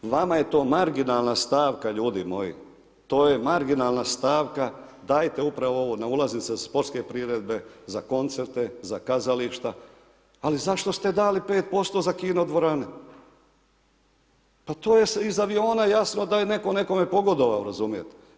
Vama je to marginalna stavka ljudi moji, to je marginalna stavka, dajte upravo ovo na ulaznice za sportske priredbe, za koncerte, za kazališta, ali zašto ste dali 5% za kino dvorane, to je iz aviona jasno da je neko nekome pogodovao razumijete.